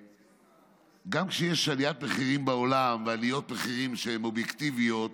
גם כשיש עליית מחירים בעולם ועליות מחירים שהן אובייקטיביות,